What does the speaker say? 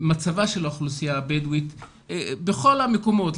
מצבה של האוכלוסייה הבדואית בכל המקומות,